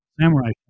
Samurai